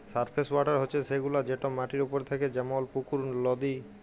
surface water হছে সেগুলা যেট মাটির উপরে থ্যাকে যেমল পুকুর, লদী